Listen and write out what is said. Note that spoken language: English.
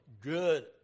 good